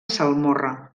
salmorra